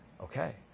Okay